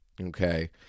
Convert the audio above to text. Okay